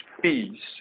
peace